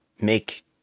make